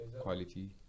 Quality